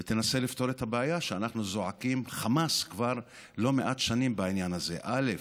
ותנסה לפתור את הבעיה שאנחנו זועקים חמס כבר לא מעט שנים בעניינה: א.